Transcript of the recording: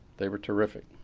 they were terrific.